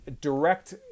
direct